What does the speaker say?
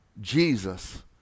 Jesus